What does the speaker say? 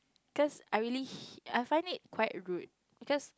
cause I really h~ I find it quite rude because